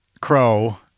Crow